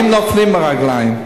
אם נופלים מהרגליים,